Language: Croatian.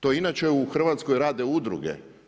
To inače u Hrvatskoj rade udruge.